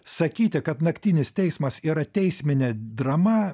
sakyti kad naktinis teismas yra teisminė drama